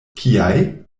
kiaj